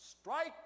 Strike